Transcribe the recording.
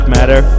Matter